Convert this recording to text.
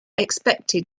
expected